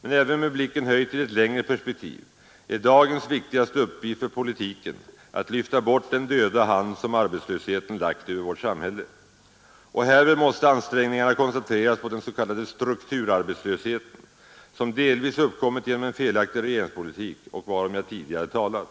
men även med blicken höjd till ett längre perspektiv, är dagens viktigaste uppgift för politiken att lyfta bort den döda hand som arbetslösheten lagt över vårt samhälle. Och härvid måste ansträngningarna koncentreras på den s.k. strukturarbetslösheten, som delvis uppkommit genom en felaktig regeringspolitik och varom jag tidigare talat.